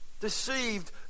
deceived